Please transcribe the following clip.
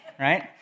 right